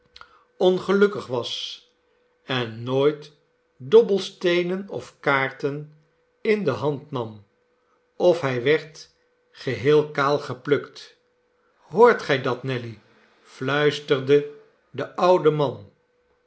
ongelukkig was en nooit dobbelsteenen of kaarten in de hand nam of hij werd geh eel kaal geplukt hoort gij dat nelly fluisterde de oude man